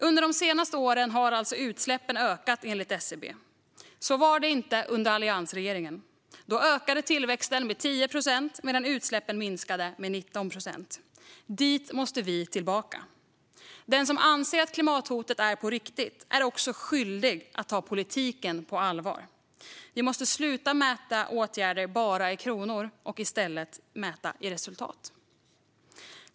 Under de senaste åren har utsläppen ökat, enligt SCB. Så var det inte under alliansregeringen. Då ökade tillväxten med 10 procent, medan utsläppen minskade med 19 procent. Dit måste vi tillbaka. Den som anser att klimathotet är på riktigt är också skyldig att ta politiken på allvar. Vi måste sluta mäta åtgärder i endast kronor och i stället mäta i resultat.